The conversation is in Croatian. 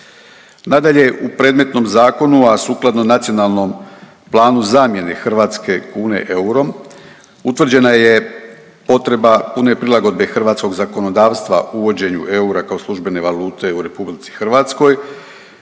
Nadalje, u predmetnom zakonu, a sukladno nacionalnom planu zamjene hrvatske kune eurom, utvrđena je potreba pune prilagodbe hrvatskog zakonodavstva uvođenju eura kao službene valute u RH te je